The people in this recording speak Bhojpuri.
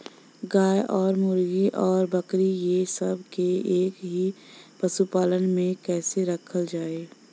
गाय और मुर्गी और बकरी ये सब के एक ही पशुपालन में कइसे रखल जाई?